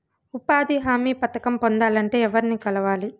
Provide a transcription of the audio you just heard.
ఉపాధి హామీ పథకం పొందాలంటే ఎవర్ని కలవాలి?